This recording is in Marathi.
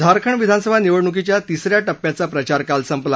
झारखंड विधानसभा निवडणुकीच्या तिसऱ्या टप्प्याच्या प्रचार काल संपला